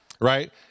Right